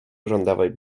urzędowej